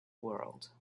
world